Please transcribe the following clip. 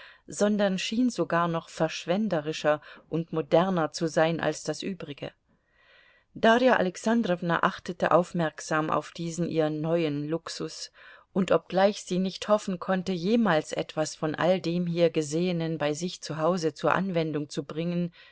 sondern schien sogar noch verschwenderischer und moderner zu sein als das übrige darja alexandrowna achtete aufmerksam auf diesen ihr neuen luxus und obgleich sie nicht hoffen konnte jemals etwas von all dem hier gesehenen bei sich zu hause zur anwendung zu bringen